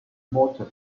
morton